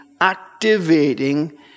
activating